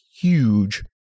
huge